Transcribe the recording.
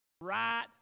Right